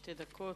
שתי דקות.